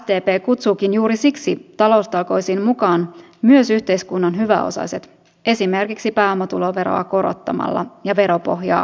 sdp kutsuukin juuri siksi taloustalkoisiin mukaan myös yhteiskunnan hyväosaiset esimerkiksi pääomatuloveroa korottamalla ja veropohjaa laajentamalla